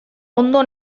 ondo